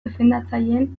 defendatzaileen